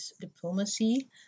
diplomacy